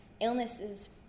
illnesses